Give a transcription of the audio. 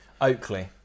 oakley